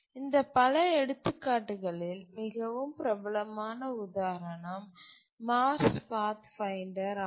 இந்த பல எடுத்துக்காட்டுகளில் மிகவும் பிரபலமான உதாரணம் மார்ச்பாத்ஃபைண்டர் ஆகும்